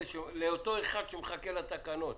לאותו אחד שמחכה לתקנות.